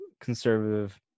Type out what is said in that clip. conservative